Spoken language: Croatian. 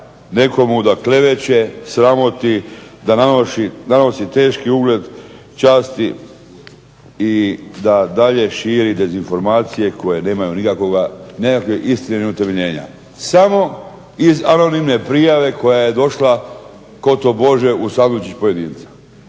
nekomu da kleveće, sramoti, da nanosi teški ugled časti i da dalje širi dezinformacije koje nemaju nikakvoga, nikakve istine u tome nema. Samo iz anonimne prijave koja je došla kao tobože … /Govornik se ne